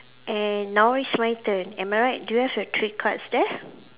and now it's my turn am I right do you have your three cards there